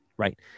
Right